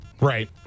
Right